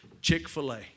Chick-fil-A